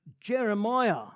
Jeremiah